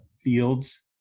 fields